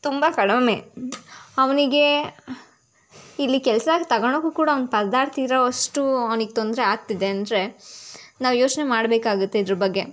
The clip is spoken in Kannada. ತುಂಬ ಕಡಿಮೆ ಅವನಿಗೇ ಇಲ್ಲಿ ಕೆಲಸ ತಗಣಕ್ಕೂ ಕೂಡ ಅವ್ನು ಪರದಾಡ್ತಿರೋ ಅಷ್ಟು ಅವ್ನಿಗೆ ತೊಂದರೆ ಆಗ್ತಿದೆ ಅಂದರೆ ನಾವು ಯೋಚನೆ ಮಾಡಬೇಕಾಗತ್ತೆ ಇದ್ರ ಬಗ್ಗೆ